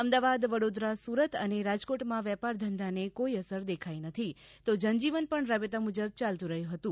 અમદાવાદ વડોદરા સુરત અને રાજકોટમાં વેપાર ધંધાને કોઈ અસર દેખાઈ નથી તો જનજીવન પણ રાબેતા મુજબ યાલતું રહ્યું હતું